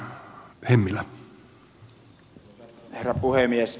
arvoisa herra puhemies